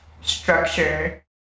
structure